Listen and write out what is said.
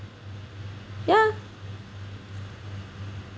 yeah